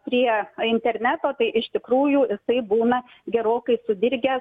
prie interneto tai iš tikrųjų jisai būna gerokai sudirgę